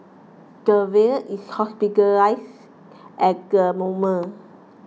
the is hospitalise at the moment